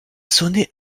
sonnet